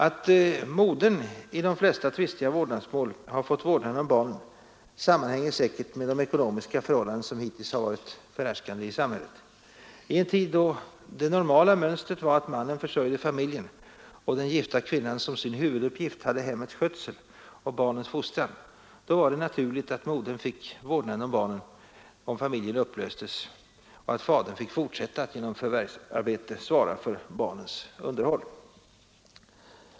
Att modern i de flesta tvistiga vårdnadsmål har fått vårdnaden om barnen sammanhänger säkert med de ekonomiska förhållanden som hittills varit förhärskande i samhället. I en tid då det normala mönstret var att mannen försörjde familjen och den gifta kvinnan som sin huvuduppgift hade hemmets skötsel och barnens uppfostran var det naturligt att modern fick vårdnaden om barnen om familjen upplöstes och att fadern fick fortsätta att genom förvärvsarbete svara för barnens underhåll.